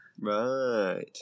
Right